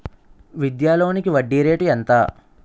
విద్యా లోనికి వడ్డీ రేటు ఎంత?